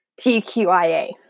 TQIA